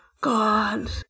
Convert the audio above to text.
God